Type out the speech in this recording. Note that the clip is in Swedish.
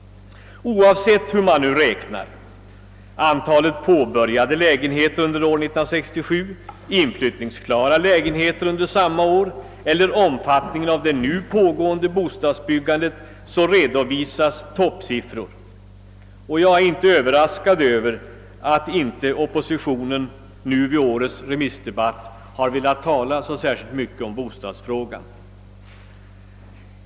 Oavsett hur man nu räknar — påbörjade lägenheter under 1967, inflyttningsklara lägenheter under samma år eller omfattningen av det nu pågående bostadsbyggandet — redovisas toppsiffror. Jag är inte överraskad över att oppositionen vid året remissdebatt inte velat tala så särskilt mycket om bostadsfrågan.